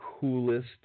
coolest